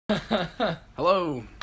Hello